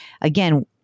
Again